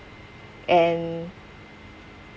and